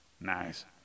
Nice